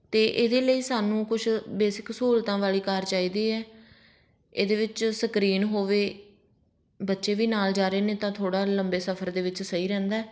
ਅਤੇ ਇਹਦੇ ਲਈ ਸਾਨੂੰ ਕੁਛ ਬੇਸਿਕ ਸਹੂਲਤਾਂ ਵਾਲੀ ਕਾਰ ਚਾਹੀਦੀ ਹੈ ਇਹਦੇ ਵਿੱਚ ਸਕਰੀਨ ਹੋਵੇ ਬੱਚੇ ਵੀ ਨਾਲ਼ ਜਾ ਰਹੇ ਨੇ ਤਾਂ ਥੋੜ੍ਹਾ ਲੰਬੇ ਸਫ਼ਰ ਦੇ ਵਿੱਚ ਸਹੀ ਰਹਿੰਦਾ